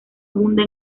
abunda